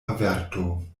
averto